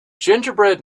gingerbread